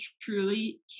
truly